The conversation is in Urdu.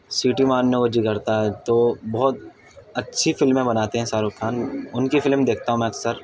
سیٹی مارنے کو جی کرتا ہے تو بہت اچھی فلمیں بناتے ہیں شاہ رخ خان ان کی فلم دیکھتا ہوں میں اکثر